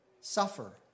suffer